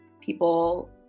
people